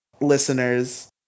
listeners